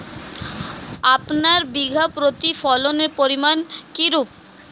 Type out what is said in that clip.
আপনার বিঘা প্রতি ফলনের পরিমান কীরূপ?